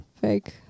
Fake